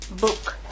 book